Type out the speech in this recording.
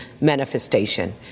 manifestation